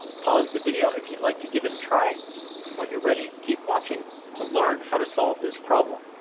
pause the video if you'd like to give it a try and when you're ready keep watching to learn how to solve this problem